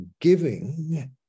giving